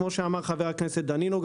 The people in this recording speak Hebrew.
כמו שאמר חבר הכנסת דנינו.